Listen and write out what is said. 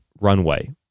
runway